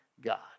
God